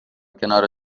کنار